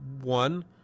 one